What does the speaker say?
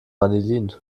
vanillin